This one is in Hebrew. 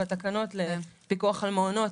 בתקנות לפיקוח על מעונות.